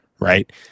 right